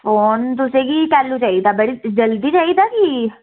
phone तुसें गी कैह्ल्लूं चाहिदा जल्दी चाहिदा कि